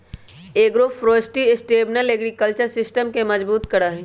agroforestry sustainable agriculture system के मजबूत करा हई